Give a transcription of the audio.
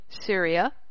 Syria